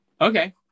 Okay